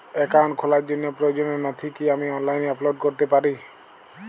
Account খোলার জন্য প্রয়োজনীয় নথি কি আমি অনলাইনে আপলোড করতে পারি?